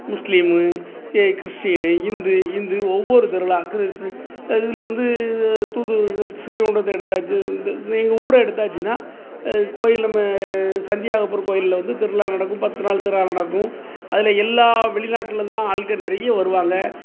முஸ்லீம் ஏ கிறிஸ்டினு இந்து இந்து ஒவ்வொரு திருவிழாக்கு சி இதில் வந்து தூத்துக்குடி இந்த ஸ்ரீவைகுண்டத்தை எடுத்தாச்சு இந்த எங்கள் ஊரை எடுத்தாச்சுன்னா கோவில் நம்ம சந்தியாகபுர கோவில்ல வந்து திருவிழா நடக்கும் பத்து நாள் திருவிழா நடக்கும் அதில் எல்லா வெளிநாட்லேருந்துலாம் ஆட்கள் நிறைய வருவாங்க